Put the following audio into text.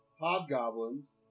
Hobgoblins